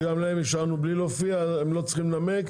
גם להם אישרנו בלי להופיע, הם לא צריכים לנמק.